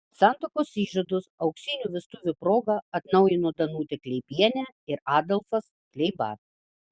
santuokos įžadus auksinių vestuvių proga atnaujino danutė kleibienė ir adolfas kleiba